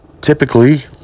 typically